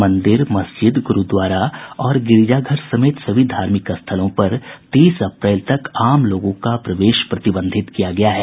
मंदिर मस्जिद गुरूद्वारा और गिरिजाघर समेत सभी धार्मिक स्थलों पर तीस अप्रैल तक आम लोगों का प्रवेश प्रतिबंधित किया गया है